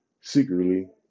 secretly